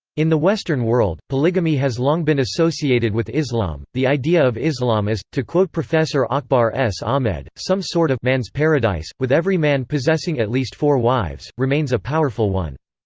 in the western world, polygamy has long been associated with islam the idea of islam as to quote professor akbar s. ahmed some sort of man's paradise, with every man possessing at least four wives, remains a powerful one.